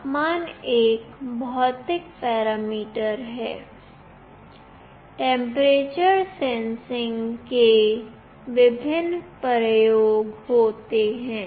तापमान एक भौतिक पैरामीटर है टेंपरेचर सेंसिंग के विभिन्न प्रयोग होते हैं